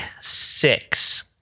six